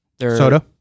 soda